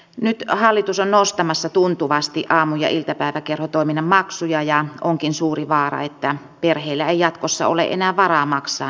nyt hallitus on nostamassa tuntuvasti aamu ja iltapäiväkerhotoiminnan maksuja ja onkin suuri vaara että perheillä ei jatkossa ole enää varaa maksaa näitä maksuja